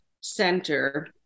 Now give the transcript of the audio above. center